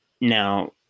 Now